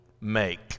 make